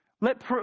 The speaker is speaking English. Let